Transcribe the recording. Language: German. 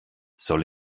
soll